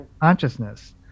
consciousness